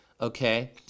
okay